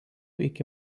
iki